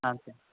ಹಾಂ ಸ